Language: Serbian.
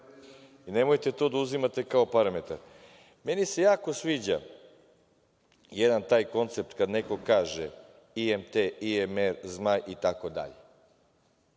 Nemojte to da uzimate kao parametar. Meni se jako sviđa jedan taj koncept kad neko kaže IMT, IMR, „Zmaj“ itd.